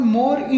more